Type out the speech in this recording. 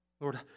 Lord